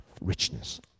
richness